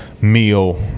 meal